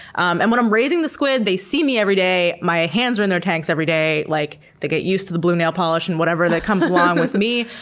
um and when i'm raising the squid, they see me every day. my hands are in their tanks every day, like they get used to the blue nail polish and whatever that comes along with me.